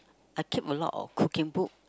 I keep a lot of cooking book